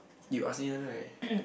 you ask me one right